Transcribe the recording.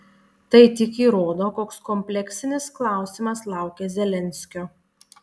tai tik įrodo koks kompleksinis klausimas laukia zelenskio